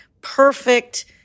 perfect